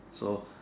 so